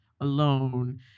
alone